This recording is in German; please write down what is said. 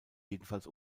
jedenfalls